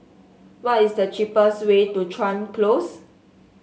what is the cheapest way to Chuan Close